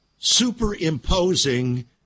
superimposing